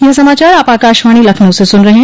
ब्रे क यह समाचार आप आकाशवाणी लखनऊ से सून रहे हैं